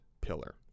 pillar